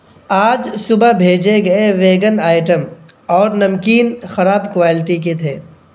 آج صبح بھیجے گئے ویگن آئٹم اور نمکین خراب کوالٹی کے تھے